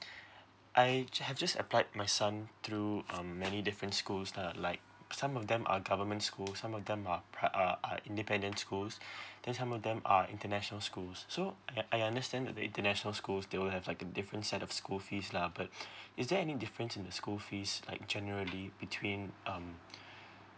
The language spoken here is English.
I have just applied my son through um many different schools lah like some of them are government school some of them are priv~ uh are independent schools then some of them are international school so I I understand that the international school they will have like the different set of school fees lah but is there any different in the school fees like generally between um